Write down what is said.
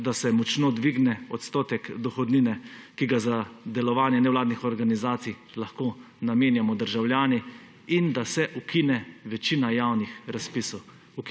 da se močno dvigne odstotek dohodnine, ki ga za delovanje nevladnih organizacij lahko namenjamo državljani in da se ukine večina javnih razpisov.